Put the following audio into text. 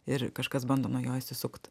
ir kažkas bando nuo jo išsisukt